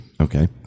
okay